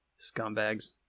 Scumbags